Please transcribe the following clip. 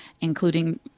including